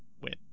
win